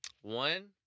One